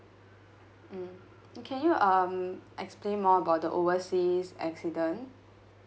mm can you um explain more about the overseas accident